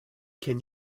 can